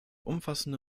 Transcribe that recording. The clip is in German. umfassende